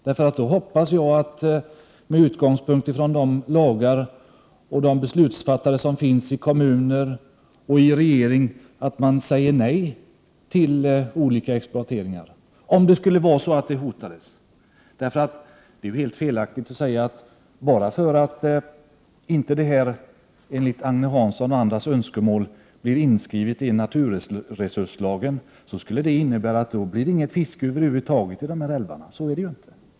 Jag hoppas att beslutsfattarna i kommunerna och i regeringen med utgångspunkt i de lagar vi har säger nej till olika exploateringar, om det skulle vara så att naturvärden och t.ex. fisket hotas. Det är helt felaktigt att påstå att bara därför att detta inte, enligt Agne Hanssons och andras önskemål, uttryckligen blir inskrivet i naturresurslagen, så innebär det att det över huvud taget inte blir något fiske i de här älvarna. Så är det ju inte.